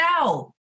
out